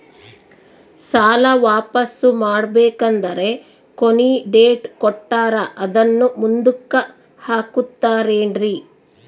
ಸಾಲ ವಾಪಾಸ್ಸು ಮಾಡಬೇಕಂದರೆ ಕೊನಿ ಡೇಟ್ ಕೊಟ್ಟಾರ ಅದನ್ನು ಮುಂದುಕ್ಕ ಹಾಕುತ್ತಾರೇನ್ರಿ?